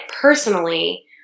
personally